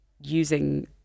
using